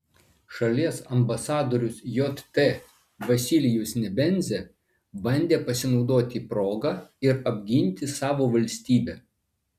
šalies ambasadorius jt vasilijus nebenzia bandė pasinaudoti proga ir apginti savo valstybę